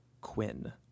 quinn